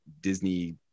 Disney